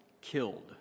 killed